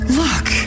look